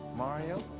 mario,